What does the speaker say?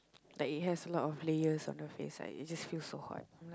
like it has a lot of layers on your face like it just feel so hot